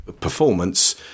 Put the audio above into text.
performance